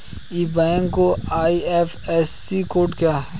इस बैंक का IFSC code क्या है?